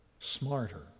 smarter